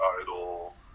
idol